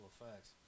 effects